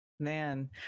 man